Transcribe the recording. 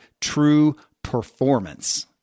TRUEPERFORMANCE